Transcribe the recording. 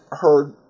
heard